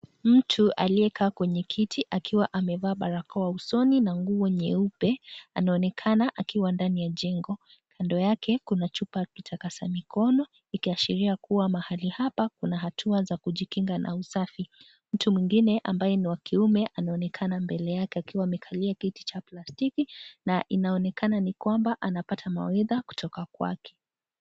Mtu aliyekaa kwenye kiti akiwa amevaa barakoa usoni na nguo nyeupe anaonekana akiwa ndani ya jengo . Kando yake kuna chupa ya kitasa mikono ikiashiria kuwa mahali hapa kuna hatua za kujikinga na usafi. Mtu mwingine ambaye ni wa kiume anaonekana mbele yake akiwa amekalia kiti cha plastiki na inaonekana NI kwamba anapata mawaidha kutoka kwake.